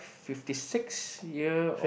fifty six year of